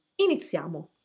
Iniziamo